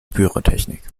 pyrotechnik